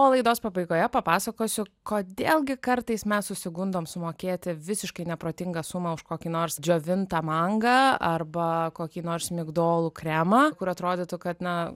o laidos pabaigoje papasakosiu kodėl gi kartais mes susigundom sumokėti visiškai neprotingą sumą už kokį nors džiovintą mangą arba kokį nors migdolų kremą kur atrodytų kad na